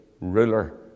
ruler